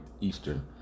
Eastern